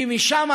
כי משם,